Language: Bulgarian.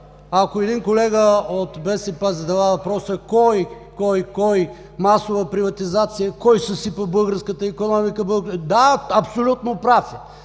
ако един колега от БСП задава въпроса: Кой? Кой? Кой – масова приватизация? Кой съсипа българската икономика? Да, абсолютно прав е.